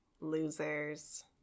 losers